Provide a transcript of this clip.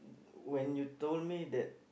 when you told me that